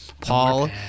Paul